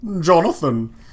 Jonathan